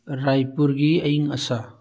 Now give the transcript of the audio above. ꯔꯥꯏꯄꯨꯔꯒꯤ ꯑꯏꯪ ꯑꯁꯥ